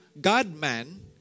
God-man